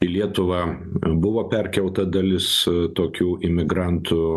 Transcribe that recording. į lietuvą buvo perkelta dalis tokių imigrantų